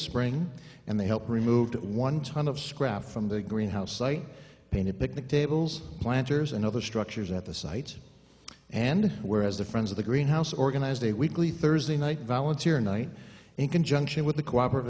spring and they helped remove one ton of scrap from the greenhouse site painted picnic tables planters and other structures at the site and where as the friends of the greenhouse organized a weekly thursday night volunteer night in conjunction with the cooperat